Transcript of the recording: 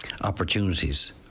opportunities